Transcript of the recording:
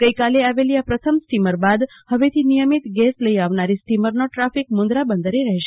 ગઈકાલે આવેલી આ પ્રથમ સ્ટીમર બાદ હવેથી નિયમિત ગેસ લઈ આવનારી સ્ટીમરનો ટ્રાફ્રિક હવે મુંદરા બંદરે રહેશે